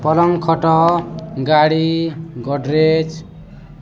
ପଲଙ୍କ ଖଟ ଗାଡ଼ି ଗଡ଼ରେଜ୍